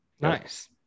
nice